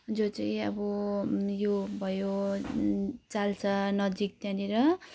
जो चाहिँ अब यो भयो चाल्सा नजिक त्यहाँनिर